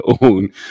own